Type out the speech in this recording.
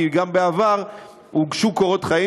כי גם בעבר הוגשו קורות חיים,